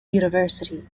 university